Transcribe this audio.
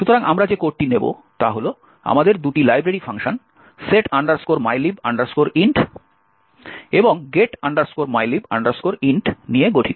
সুতরাং আমরা যে কোডটি নেব তা হল আমাদের দুটি library function set mylib int এবং get mylib int নিয়ে গঠিত